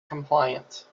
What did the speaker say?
compliance